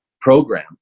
program